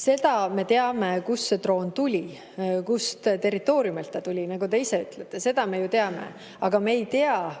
Seda me teame, kust see droon tuli, kust territooriumilt ta tuli – nagu te ise ütlete, seda me ju teame –, aga